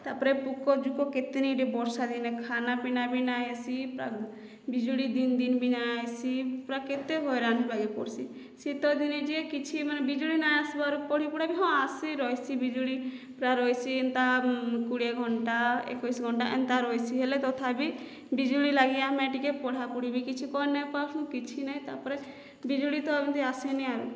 ତା ପରେ ପୂକ ଜୁକ କେତେନି ଏଟି ବର୍ଷା ଦିନେ ଖାନା ପିନା ବି ନାହିଁ ଆସି ପୁରା ବିଜୁଳି ଦିନ ଦିନ ବି ନାହିଁ ଆସି ପୁରା କେତେ ହଇରାଣ ହେବାକେ ପଡ଼ସିଁ ଶୀତ ଦିନେ ଯେ କିଛି ମାନେ ବିଜୁଳି ନାହିଁ ଆସିବାର ପଡ଼ିପୁଡ଼ା ହଁ ଆସେର ଆସି ବିଜୁଳି ପୁରା ରହିସିନ୍ ତା କୋଡ଼ିଏ ଘଣ୍ଟା ଏକୋଇଶ ଘଣ୍ଟା ଏନ୍ତା ରହିସି ହେଲେ ତଥାବି ବିଜୁଳି ଲାଗି ଆମେ ଟିକର ପଢ଼ାପଢ଼ି ବି କିଛି କରି ନାହିଁ ପାରୁ କିଛି ବି ନାହିଁ ତା ପରେ ବିଜୁଳି ତ ଏମିତି ଆସେନି ଆର୍